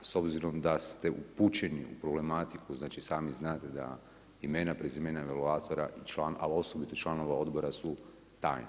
S obzirom da ste upućeni u problematiku, znači sami znate da imena, prezimena evaluatora i član, a osobito članova odbora su tajni.